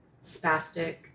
spastic